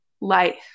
life